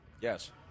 Yes